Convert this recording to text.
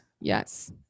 Yes